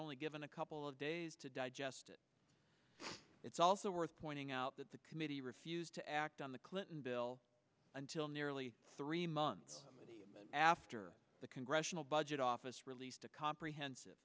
only given a couple of days to digest it it's also worth pointing out that the committee refused to act on the clinton bill until nearly three months after the congressional budget office released a comprehensive